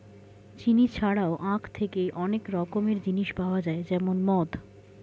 চিনি ছাড়াও আখ থেকে অনেক রকমের জিনিস পাওয়া যায় যেমন মদ